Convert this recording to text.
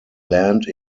land